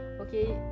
okay